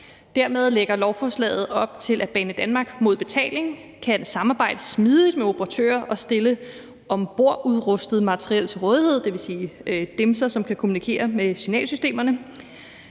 Dermed lægger lovforslaget op til, at Banedanmark mod betaling kan samarbejde smidigt med operatører og stille ombordudrustet materiel til rådighed, dvs. dimser, som kan kommunikere med signalsystemerne.